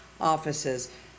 offices